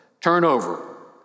Turnover